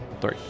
three